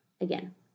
Again